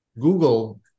Google